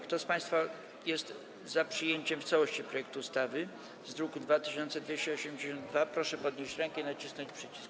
Kto z państwa jest za przyjęciem w całości projektu ustawy z druku nr 2282, proszę podnieść rękę i nacisnąć przycisk.